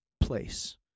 place